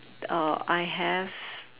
uh I have